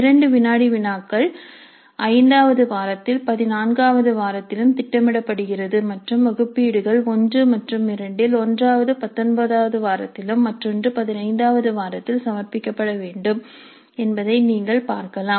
இரண்டு வினாடி வினாக்கள் ஐந்தாவது வாரத்தில் 14 வது வாரத்திலும் திட்டமிடப்பட்டிருக்கிறது மற்றும் வகுப்பீடுகள் 1 மற்றும் 2 இல் ஒன்றாவது 19 வது வாரத்திலும் மற்றொன்று 15 வது வாரத்தில் சமர்ப்பிக்கப்பட வேண்டும் என்பதை நீங்கள் பார்க்கலாம்